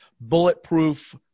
bulletproof